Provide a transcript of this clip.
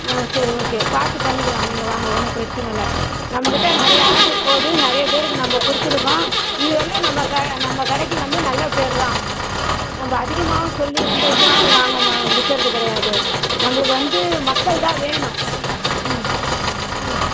ஆ சரி ஓகே பார்த்து பண்ணிக்கிலாம் நீங்கள் வாங்க ஒன்றும் பிரச்சனை இல்லை நம்மக்கிட்ட நிறைய ஆட்ரு போது நிறைய பேருக்கு நம்ப கொடுத்துருக்கோம் இது வரைலும் நம்ப க நம்ப கடைக்கு வந்து நல்ல பேர்தான் நம்ப அதிகமாவும் சொல்லி ரொம்ப இதுவாகவும் வாங்க மா விற்கறது கிடையாது நம்பளுக்கு வந்து மக்கள்தான் வேணும் ம் ம்